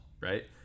right